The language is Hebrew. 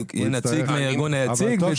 כתוב